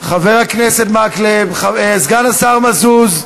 חבר הכנסת מקלב, סגן השר מזוז,